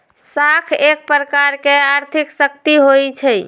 साख एक प्रकार के आर्थिक शक्ति होइ छइ